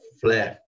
Flair